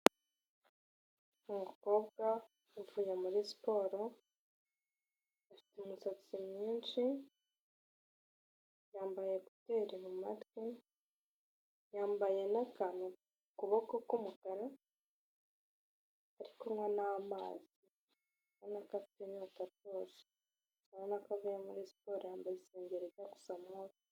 Umukobwa uvuye muri siporo afite, umusatsi mwinshi, yambaye kuteri mu matwi, yambaye n'akantu ku kuboko k'umukara, ari kunywa n'amazi, urabona ko afite inyota rwose, urabona ko avuye muri siporo, yambaye isengeri iri gusa move.